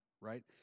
right